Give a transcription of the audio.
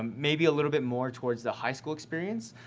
um maybe a little bit more towards the high school experience,